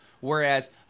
Whereas